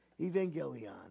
Evangelion